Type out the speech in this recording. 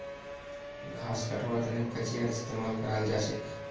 घास कटवार तने कचीयार इस्तेमाल कराल जाछेक